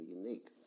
unique